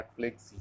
Netflix